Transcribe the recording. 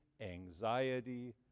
anxiety